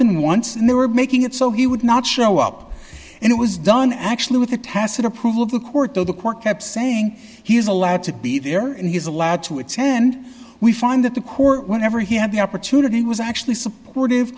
than once and they were making it so he would not show up and it was done actually with the tacit approval of the court though the court kept saying he is allowed to be there and he is allowed to attend we find that the court whenever he had the opportunity was actually supportive